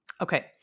Okay